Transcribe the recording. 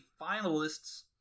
finalists